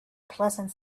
pleasant